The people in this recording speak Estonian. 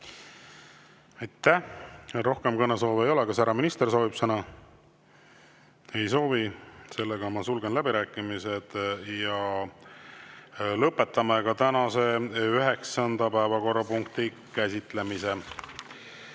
Aitäh! Rohkem kõnesoove ei ole. Kas härra minister soovib sõna? Ei soovi. Ma sulgen läbirääkimised. Lõpetame ka tänase üheksanda päevakorrapunkti käsitlemise.